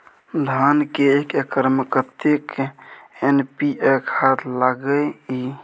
धान के एक एकर में कतेक एन.पी.ए खाद लगे इ?